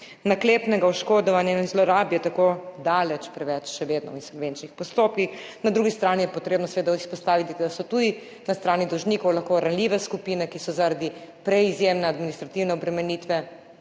Naklepnega oškodovanja in zlorab je tako še vedno daleč preveč v insolvenčnih postopkih. Na drugi strani je potrebno seveda izpostaviti, da so tudi na strani dolžnikov lahko ranljive skupine, ki so zaradi preizjemne administrativne obremenitve,